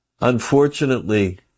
Unfortunately